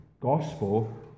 Gospel